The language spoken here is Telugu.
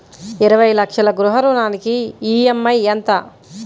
ఇరవై లక్షల గృహ రుణానికి ఈ.ఎం.ఐ ఎంత?